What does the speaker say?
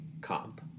comp